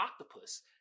octopus